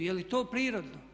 Je li to prirodno?